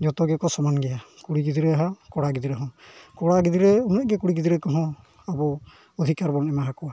ᱡᱚᱛᱚ ᱜᱮᱠᱚ ᱥᱚᱢᱟᱱ ᱜᱮᱭᱟ ᱠᱩᱲᱤ ᱜᱤᱫᱽᱨᱟᱹ ᱦᱚᱸ ᱠᱚᱲᱟ ᱜᱤᱫᱽᱨᱟᱹ ᱦᱚᱸ ᱠᱚᱲᱟ ᱜᱤᱫᱽᱨᱟᱹ ᱩᱱᱟᱹᱜ ᱜᱮ ᱠᱩᱲᱤ ᱜᱤᱫᱽᱟᱹᱨ ᱠᱚᱦᱚᱸ ᱟᱵᱚ ᱚᱫᱷᱤᱠᱟᱨ ᱵᱚᱱ ᱮᱢᱟ ᱠᱚᱣᱟ